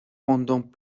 pendant